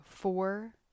four